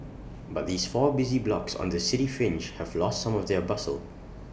but these four busy blocks on the city fringe have lost some of their bustle